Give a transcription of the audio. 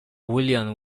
william